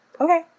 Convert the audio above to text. okay